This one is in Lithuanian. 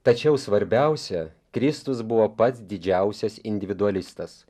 tačiau svarbiausia kristus buvo pats didžiausias individualistas